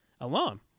alone